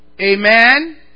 Amen